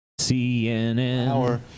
CNN